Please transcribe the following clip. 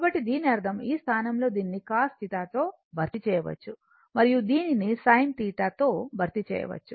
కాబట్టి దీని అర్థం ఈ స్థానంలో దీనిని cos θ తో భర్తీ చేయవచ్చు మరియు దీనిని sin θ తో భర్తీ చేయవచ్చు